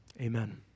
Amen